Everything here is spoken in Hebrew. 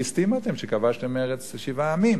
ליסטים אתם שכבשתם ארץ שבעה עמים.